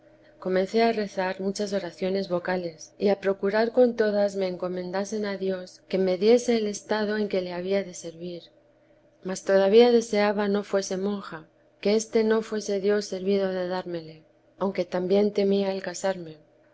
comencé a rezar muchas oraciones vocales y a procurar con todas me encomendasen a dios que me diese el estado en que le había de servir mas todavía deseaba no fuese monja que éste no fuese dios servido de dármele aunque también temía el casarme